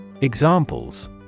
Examples